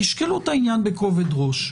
תשקלו את העניין בכובד-ראש.